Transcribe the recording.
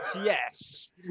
yes